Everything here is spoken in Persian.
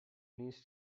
نیست